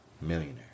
Millionaire